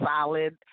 solid